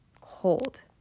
cold